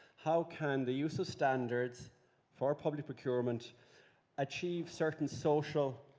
how can the use of standards for public procurement achieve certain social,